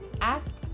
Ask